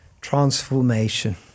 transformation